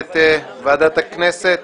ישיבת ועדת הכנסת